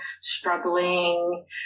struggling